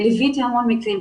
ליוויתי מקרים.